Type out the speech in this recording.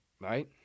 right